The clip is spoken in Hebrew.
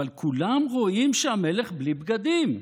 אבל כולם רואים שהמלך בלי בגדים.